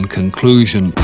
conclusion